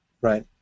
Right